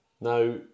Now